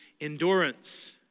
endurance